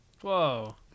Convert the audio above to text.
whoa